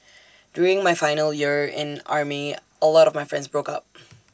during my final year in army A lot of my friends broke up